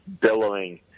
billowing